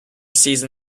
season